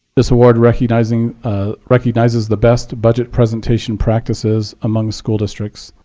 this award recognizes ah recognizes the best budget presentation practices among school districts.